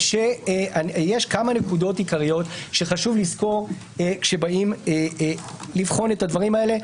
יש כמה נקודות עיקריות שחשוב לזכור כשבאים לבחון את הדברים האלה,